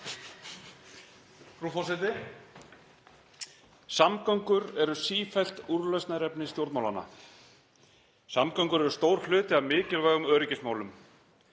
Frú forseti. Samgöngur eru sífellt úrlausnarefni stjórnmálanna. Samgöngur eru stór hluti af mikilvægum öryggismálum.